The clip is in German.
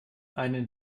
einen